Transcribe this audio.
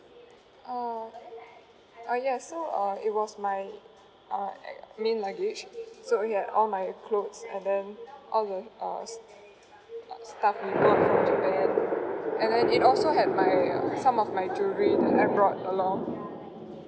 uh uh yes so uh it was my uh main luggage so ya all my clothes and then all the uh stuffs we bought in japan and then it also had my uh some of my jewellery that I brought along